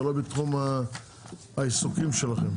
זה לא בתחום העיסוקים שלכם.